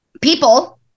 people